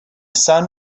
sun